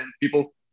people